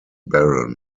baron